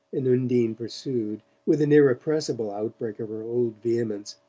and undine pursued, with an irrepressible outbreak of her old vehemence